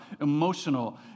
emotional